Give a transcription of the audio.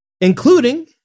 Including